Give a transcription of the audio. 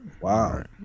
wow